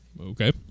Okay